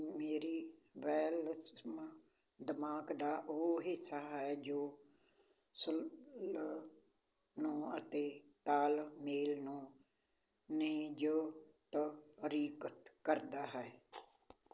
ਮੇਰੀ ਦਿਮਾਗ਼ ਦਾ ਉਹ ਹਿੱਸਾ ਹੈ ਜੋ ਸੰਤੁਲਨ ਬਣਾਉਣ ਅਤੇ ਤਾਲਮੇਲ ਨੂੰ ਨਿਯੁਕਤ ਰਿਕਤ ਕਰਦਾ ਹੈ